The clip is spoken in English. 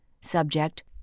subject